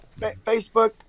Facebook